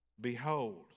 Behold